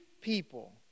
people